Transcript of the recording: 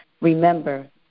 Remember